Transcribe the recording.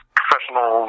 professional